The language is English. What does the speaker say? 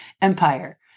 Empire